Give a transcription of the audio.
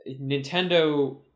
Nintendo